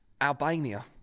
Albania